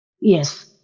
Yes